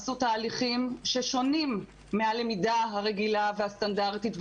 עשו תהליכים ששונים מהלמידה הרגילה והסטנדרטית.